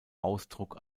ausdruck